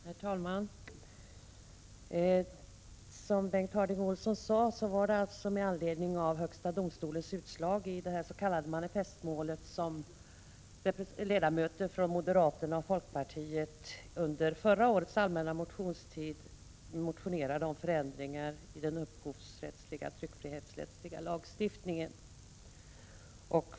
Herr talman! Som Bengt Harding Olson sade var det med anledning av högsta domstolens utslag i det s.k. manifestmålet som ledamöter från moderaterna och folkpartiet under förra årets allmänna motionstid motionerade om förändringar i den upphovsrättsliga och tryckfrihetsrättsliga lagstiftningen.